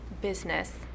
business